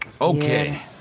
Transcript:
Okay